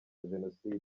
jenoside